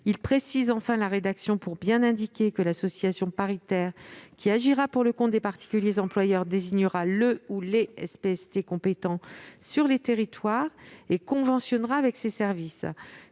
Il vise enfin à bien préciser que l'association paritaire qui agira pour le compte des particuliers employeurs désignera le ou les SPST compétents dans les territoires et conventionnera avec ces services.